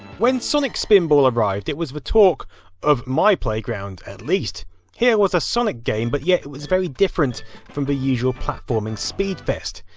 when sonic spinball arrived, it was the talk of my playground. and here was a sonic game, but yet it was very different from the usual platforming speed fest.